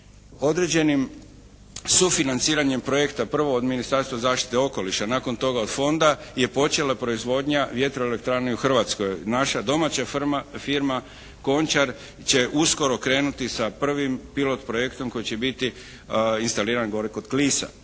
Određenim sufinanciranjem projekta prvo od Ministarstva zaštite okoliša, nakon toga od fonda, je počela proizvodnja vjetroelektrane u Hrvatskoj. Naša domaća firma "Končar" će uskoro krenuti sa prvim pilot projektom koji će biti instaliran gore kod Klisa.